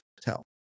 tell